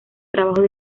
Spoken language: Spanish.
trabajos